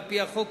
על-פי החוק,